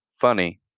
Funny